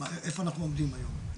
איפה אנחנו עומדים היום?